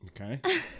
Okay